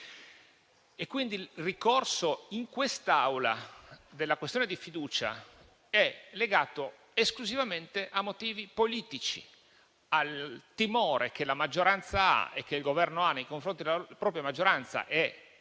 Quindi il ricorso in quest'Aula alla questione di fiducia è legato esclusivamente a motivi politici, al timore che il Governo ha nei confronti della propria maggioranza (e